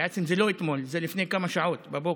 בעצם זה לא אתמול, זה היה לפני כמה שעות, בבוקר,